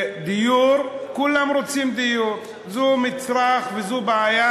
דיור, כולם רוצים דיור, זה מצרך וזו בעיה